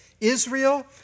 Israel